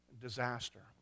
disaster